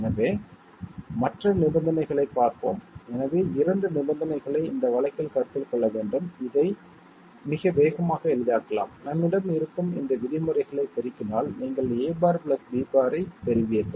எனவே மற்ற நிபந்தனைகளைப் பார்ப்போம் எனவே 2 நிபந்தனைகளை இந்த வழியில் கருத்தில் கொள்ள வேண்டும் இதை மிக வேகமாக எளிதாக்கலாம் நம்மிடம் இருக்கும் இந்த விதிமுறைகளை பெருக்கினால் நீங்கள் a' b' ஐப் பெறுவீர்கள்